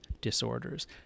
disorders